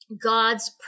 God's